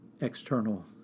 external